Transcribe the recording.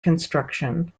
construction